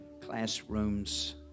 Classrooms